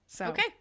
Okay